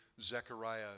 Zechariah